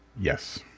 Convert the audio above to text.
yes